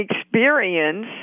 experience